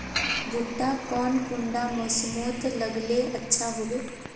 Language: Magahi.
भुट्टा कौन कुंडा मोसमोत लगले अच्छा होबे?